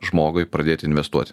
žmogui pradėti investuoti